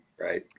right